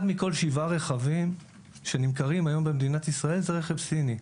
אחד מכל שבעה רכבים שנמכרים היום במדינת ישראל זה רכב סיני,